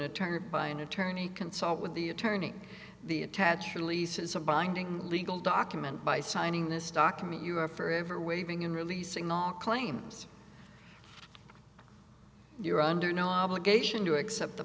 attorney or by an attorney consult with the attorney the attach releases a binding legal document by signing this document you are forever waving and releasing not claims you're under no obligation to accept the